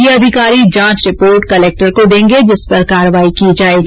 ये अधिकारी जांच रिपोर्ट कलेक्टर को देंगे जिस पर कार्रवाई की जाएगी